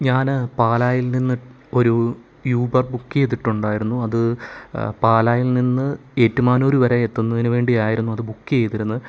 ഞാൻ പാലായിൽ നിന്ന് ഒരു യൂബർ ബുക്ക് ചെയ്തിട്ടുണ്ടായിരുന്നു അത് പാലായിൽ നിന്ന് ഏറ്റുമാനൂര് വരെ എത്തുന്നതിനു വേണ്ടിയായിരുന്നു അത് ബുക്കെയ്തിരുന്നത്